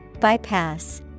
Bypass